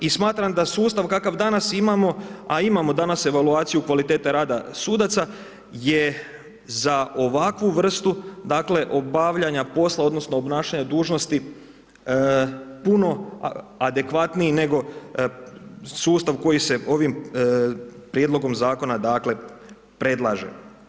I smatram da sustav kakav danas imamo a imamo danas evaluaciju kvalitete rada sudaca je za ovakvu vrstu dakle obavljanja posla, odnosno obnašanja dužnosti puno adekvatniji nego sustav koji se ovim prijedlogom zakona dakle predlaže.